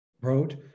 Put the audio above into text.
wrote